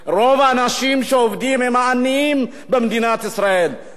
רוב העניים במדינת ישראל הם אנשים שעובדים.